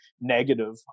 negative